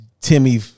Timmy